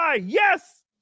Yes